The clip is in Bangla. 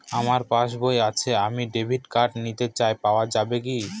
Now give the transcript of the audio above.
আমার পাসবই আছে আমি ডেবিট কার্ড নিতে চাই পাওয়া যাবে কি?